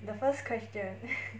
the first question